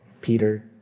Peter